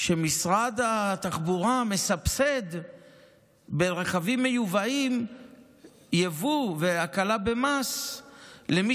שמשרד התחבורה מסבסד ברכבים מיובאים יבוא והקלה במס למי